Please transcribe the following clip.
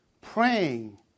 Praying